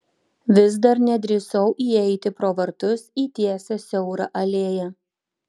vis dar nedrįsau įeiti pro vartus į tiesią siaurą alėją